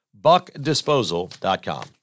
BuckDisposal.com